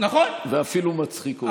ואפילו מצחיקות.